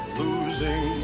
losing